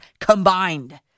combined